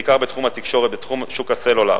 בעיקר בתחום התקשורת בשוק הסלולר.